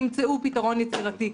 ימצאו פתרון יצירתי.